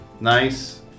Nice